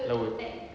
laut